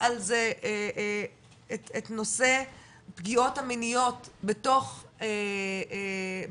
זה את נושא הפגיעות המיניות בתוך קהילה,